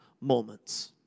moments